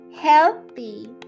healthy